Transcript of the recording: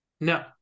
no